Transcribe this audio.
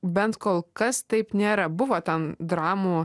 bent kol kas taip nėra buvo ten dramų